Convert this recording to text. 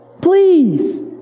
Please